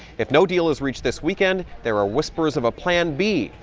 if no deal is reached this weekend, there are whispers of a plan b,